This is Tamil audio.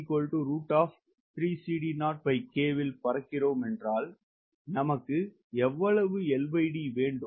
நாம் இல் பறக்கிறோம் என்றால் நமக்கு எவ்வளவு LD வேண்டும்